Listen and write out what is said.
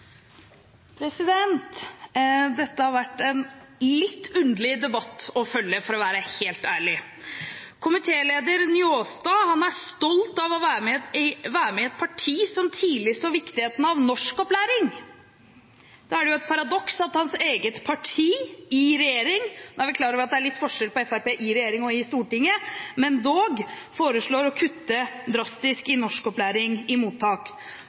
Dette har vært en litt underlig debatt å følge, for å være helt ærlig. Komitélederen, Njåstad, er stolt av å være med i et parti som tidlig så viktigheten av norskopplæring. Da er det jo et paradoks at hans eget parti i regjering – nå er vi klar over at det er litt forskjell på Fremskrittspartiet i regjering og i Stortinget, men dog – foreslår å kutte drastisk i norskopplæring i mottak.